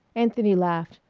anthony laughed,